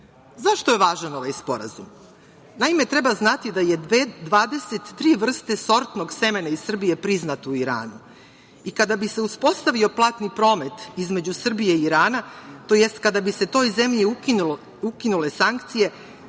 Zašto je važan ovaj Sporazum? Naime, treba znati da je 23 vrste sortnog semena iz Srbije priznat u Iranu i kada bi se uspostavio platni promet između Srbije i Irana, to jest kada bi se toj zemlji ukinule sankcije,